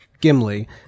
Gimli